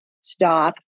stop